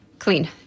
clean